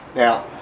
now,